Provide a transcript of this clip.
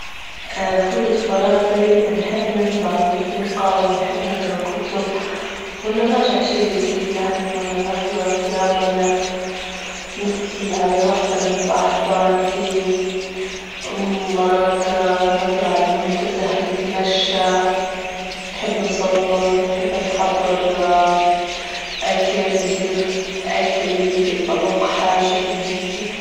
فوجئت في فراغي نحب نسمع موسيقى، ونحب نجرا كتب، ولا نراجع شي جديد يعني، ولا نحضر أفلام، ولا نتصل على واحدة من صاحباتي، مرات نطلع المنتزه نتمشى، نحب نصور، نحب نحضر أكل، ندير أكل ليبي طبق حاجة زي هيكي.